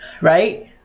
right